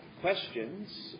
questions